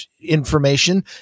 information